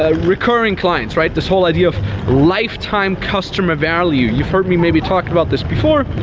ah recurring clients, right, this whole idea of lifetime customer value. you've heard me maybe talked about this before.